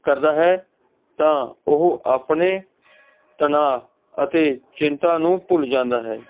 ਕਰਦਾ ਹੈ ਤਾਂ ਉਹ ਆਪਣੇ ਤਨਾਅ ਅਤੇ ਚਿੰਤਾ ਨੂੰ ਭੁੱਲ ਜਾਂਦਾ ਹੈ